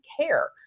care